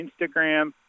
Instagram